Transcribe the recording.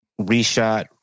reshot